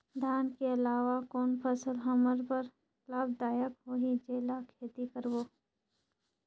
धान के अलावा कौन फसल हमर बर लाभदायक होही जेला खेती करबो?